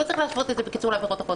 לא צריך להשוות את זה לעבירות אחרות,